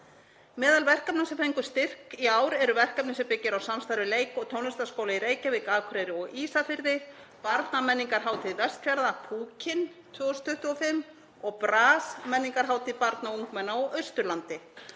Meðal verkefna sem fengu styrk í ár eru verkefni sem byggja á samstarfi við leik- og tónlistarskóla í Reykjavík, Akureyri og Ísafirði; Barnamenningarhátíð Vestfjarða, Púkinn 2025, og BRAS, menningarhátíð barna og ungmenna á Austurlandi.